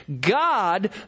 God